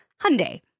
Hyundai